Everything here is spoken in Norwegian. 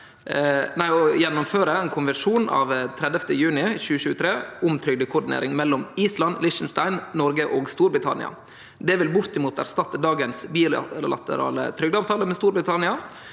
å gjennomføre ein konvensjon av 30. juni 2023 om trygdekoordinering mellom Island, Liechtenstein, Noreg og Storbritannia. Det vil bortimot erstatte dagens bilaterale trygdeavtale med Storbritannia,